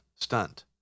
stunt